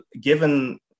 given